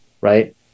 right